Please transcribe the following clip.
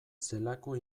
zelako